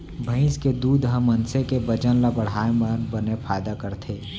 भईंस के दूद ह मनसे के बजन ल बढ़ाए म बने फायदा करथे